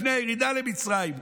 לפני הירידה למצרים,